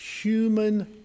human